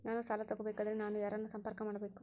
ನಾನು ಸಾಲ ತಗೋಬೇಕಾದರೆ ನಾನು ಯಾರನ್ನು ಸಂಪರ್ಕ ಮಾಡಬೇಕು?